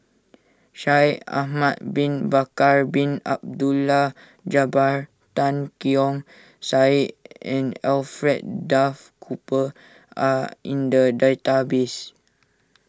Shaikh Ahmad Bin Bakar Bin Abdullah Jabbar Tan Keong Saik and Alfred Duff Cooper are in the database